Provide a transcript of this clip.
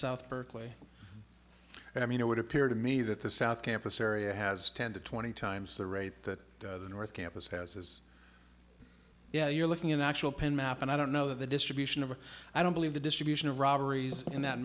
south berkeley i mean it would appear to me that the south campus area has ten to twenty times the rate that the north campus has is yeah you're looking at actual penn map and i don't know the distribution of or i don't believe the distribution of robberies in that